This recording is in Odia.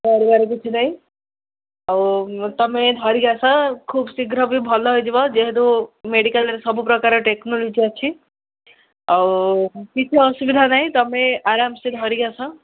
ଡରିବାର କିଛି ନାହିଁ ଆଉ ତୁମେ ଧରିକି ଆସ ଖୁବ ଶୀଘ୍ର ବି ଭଲ ହେଇଯିବ ଯେହେତୁ ମେଡ଼ିକାଲ୍ରେ ସବୁ ପ୍ରକାର ଟେକ୍ନୋଲୋଜି ଅଛି ଆଉ କିଛି ଅସୁବିଧା ନାହିଁ ତୁମେ ଆରାମସେ ଧରିକି ଆସ